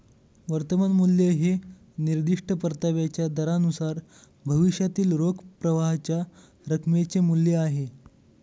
वर्तमान मूल्य हे निर्दिष्ट परताव्याच्या दरानुसार भविष्यातील रोख प्रवाहाच्या रकमेचे मूल्य आहे